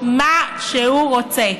מה שהוא רוצה.